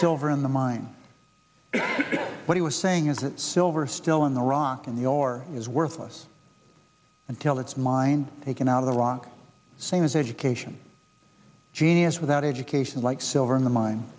silver in the mind what he was saying is that silver still in the rock in your is worthless until it's mind taken out of the rock same as education genius without education like silver in the min